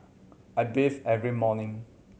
I bathe every morning